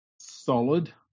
solid